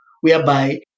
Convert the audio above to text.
whereby